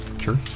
Sure